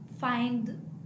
find